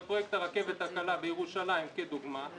בפרויקט הרכבת הקלה בירושלים כדוגמה,